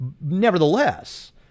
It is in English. Nevertheless